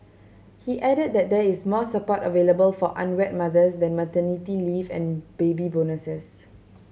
he added that there is more support available for unwed mothers than maternity leave and baby bonuses